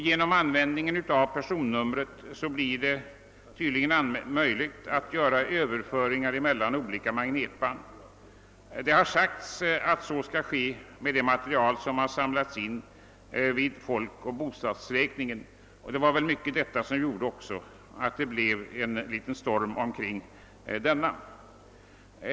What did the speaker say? Genom användningen av personnummer blir det tydligen möjligt att göra överföringar mellan olika magnetband. Det har sagts att så skall ske med det material som har samlats in vid folkoch bostadsräkningen. Det var väl detta som i hög grad bidrog till att det blev en storm omkring denna.